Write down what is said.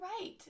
right